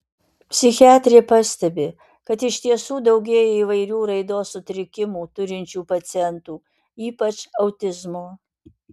psichiatrė pastebi kad iš tiesų daugėja įvairių raidos sutrikimų turinčių pacientų ypač autizmo